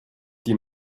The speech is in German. die